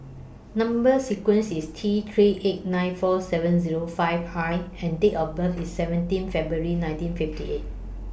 Number sequence IS T three eight nine four seven Zero five I and Date of birth IS seventeen February nineteen fifty eight